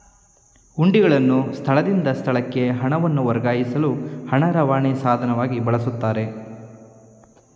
ಹುಂಡಿಗಳನ್ನು ಸ್ಥಳದಿಂದ ಸ್ಥಳಕ್ಕೆ ಹಣವನ್ನು ವರ್ಗಾಯಿಸಲು ಹಣ ರವಾನೆ ಸಾಧನವಾಗಿ ಬಳಸಲಾಗುತ್ತೆ